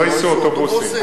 לא ייסעו אוטובוסים.